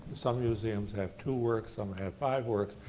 some museums have two works, some have five works,